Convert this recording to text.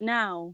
now